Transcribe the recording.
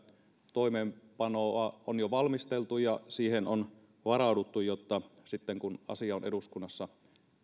toimeenpanoa on jo valmisteltu ja siihen on varauduttu jotta sitten kun asia on eduskunnassa